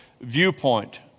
viewpoint